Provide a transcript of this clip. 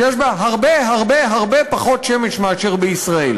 שיש בה הרבה הרבה הרבה פחות שמש מאשר בישראל?